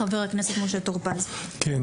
חבר הכנסת משה טור-פז, בבקשה.